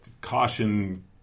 caution